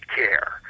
care